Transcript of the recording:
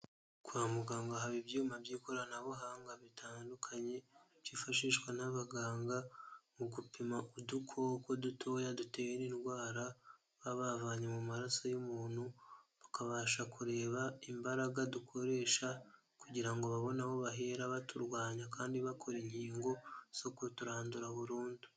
Kwa muganga haba ibyuma by'ikoranabuhanga bitandukanye, byifashishwa n'abaganga mu gupima udukoko dutoya dutera indwara, baba bavanye mu maraso y'umuntu, tukabasha kureba imbaraga dukoresha, kugira ngo babone aho bahera baturwanya kandi bakora inkingo, zo kuturandura burundu.